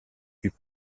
plus